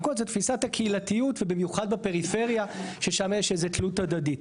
תפיסת הקהילתיות ובמיוחד בפריפריה ששם יש איזה תלות הדדית.